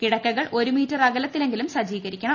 കിടക്കകൾ ഒരു മീറ്റർ അകലത്തിലെങ്കിലും സജ്ജീകരിക്കണം